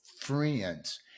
friends